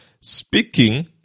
speaking